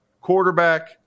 quarterback